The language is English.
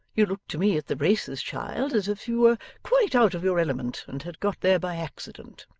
you looked to me at the races, child, as if you were quite out of your element, and had got there by accident